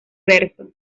verso